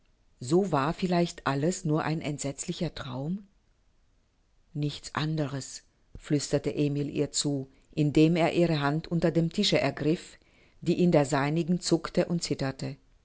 so war vielleicht alles nur ein entsetzlicher traum nichts anderes flüsterte emil ihr zu indem er ihre hand unter dem tische ergriff die in der seinigen zuckte und zitterte